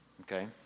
Okay